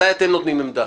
מתי אתם נותנים עמדה?